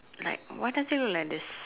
like why does it look like this